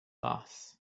boss